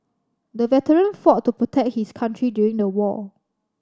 the veteran fought to protect his country during the war